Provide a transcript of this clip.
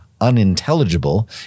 unintelligible